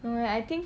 no leh I think